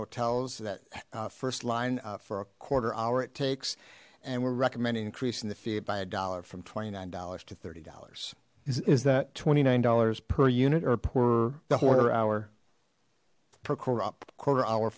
hotels that first line for a quarter hour it takes and we recommend increasing the feet by a dollar from twenty nine dollars to thirty dollars is that twenty nine dollars per unit or poor the horror our per corrupt quarter hour